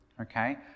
Okay